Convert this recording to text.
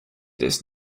this